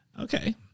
Okay